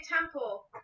temple